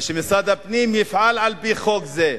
ושמשרד הפנים יפעל על-פי חוק זה.